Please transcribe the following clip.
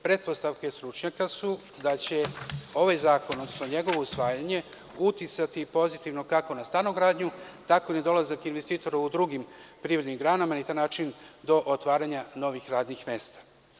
Pretpostavke stručnjaka su da će ovaj zakon, odnosno njegovo usvajanje uticati pozitivno kako na stanogradnju, tako i na dolazak investitora u drugim privrednim granama i na taj način do otvaranja novih radnih mesta.